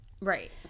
Right